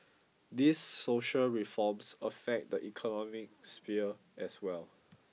these social reforms affect the economic sphere as well